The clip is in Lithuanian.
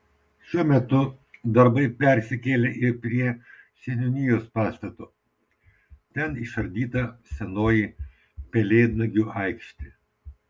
šiuo metu darbai persikėlė ir prie seniūnijos pastato ten išardyta senoji pelėdnagių aikštė